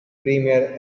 premier